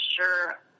sure